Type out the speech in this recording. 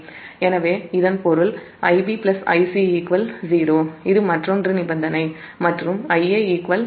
எனவே இதன் பொருள் Ib Ic 0 இது மற்றொன்று நிபந்தனை Ia 0